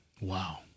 Wow